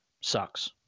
sucks